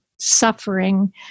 suffering